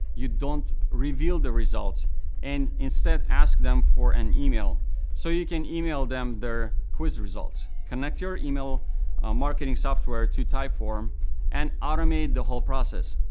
you don't reveal the results and instead ask them for an email so you can email them their quiz results. connect your email marketing software to typeform and automate the whole process.